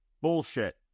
bullshit